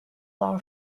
law